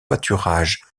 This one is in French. pâturages